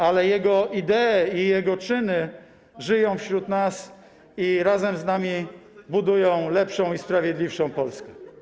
Ale jego idee i jego czyny żyją wśród nas i razem z nami budują lepszą i sprawiedliwszą Polskę.